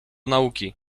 nauki